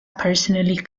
personally